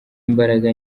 imbaraga